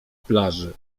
plaży